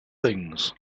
things